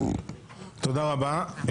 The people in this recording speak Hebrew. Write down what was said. תודה רבה.